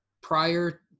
prior